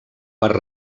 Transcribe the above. per